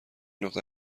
نقطه